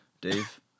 Dave